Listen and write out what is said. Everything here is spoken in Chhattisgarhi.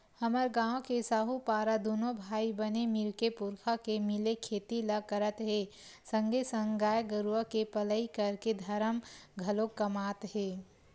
हमर गांव के साहूपारा दूनो भाई बने मिलके पुरखा के मिले खेती ल करत हे संगे संग गाय गरुवा के पलई करके धरम घलोक कमात हे